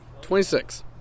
26